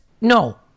no